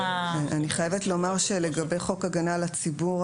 --- אני חייבת לומר שלגבי חוק הגנה על הציבור,